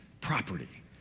property